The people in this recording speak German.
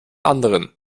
anderen